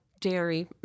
dairy